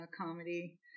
comedy